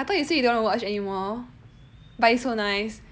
I thought you say you don't wanna watch anymore but it's so nice